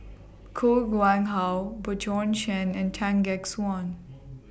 Koh Nguang How Bjorn Shen and Tan Gek Suan